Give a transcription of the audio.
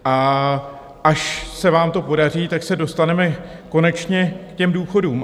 A až se vám to podaří, tak se dostaneme konečně k těm důchodům.